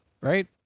right